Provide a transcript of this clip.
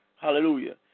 hallelujah